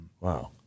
Wow